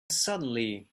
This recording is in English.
suddenly